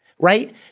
right